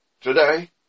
today